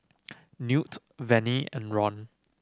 Newt Vennie and Ron